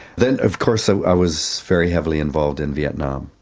then of course so i was very heavily involved in vietnam.